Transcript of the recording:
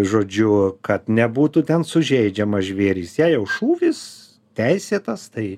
žodžiu kad nebūtų ten sužeidžiamas žvėris jei jau šūvis teisėtas tai